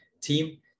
team